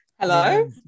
Hello